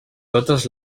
totes